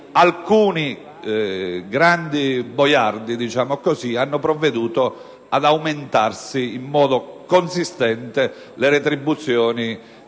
alcuni grandi boiardi hanno provveduto ad aumentarsi in modo consistente le retribuzioni,